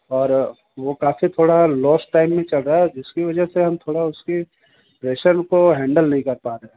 और वो काफी थोड़ा लॉस टाइम भी चल रहा है जिसकी वजह से हम थोड़ा उसके प्रेशर को हैंडल नही कर पा रहे